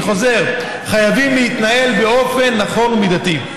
אני חוזר: חייבים להתנהל באופן נכון ומידתי.